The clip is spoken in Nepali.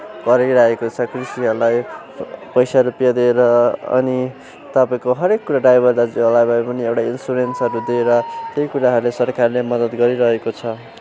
गरिरहेको छ कृषिहरूलाई पैसा रुपियाँ दिएर अनि तपाईँको हरेक कुरा ड्राइभर दाजुहरूलाई भए पनि एउटा इन्सुरेन्सहरू दिएर त्यही कुराहरूले सरकारले मद्दत गरिरहेको छ